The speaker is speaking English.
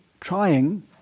trying